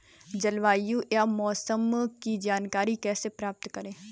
जलवायु या मौसम की जानकारी कैसे प्राप्त करें?